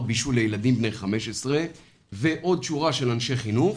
בישול לילדים בני 15 ועוד שורה של אנשי חינוך,